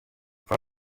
fan